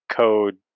code